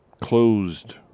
closed